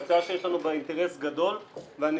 היא הצעה שיש לנו בה אינטרס גדול ואני